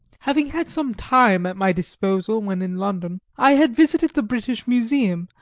having had some time at my disposal when in london, i had visited the british museum,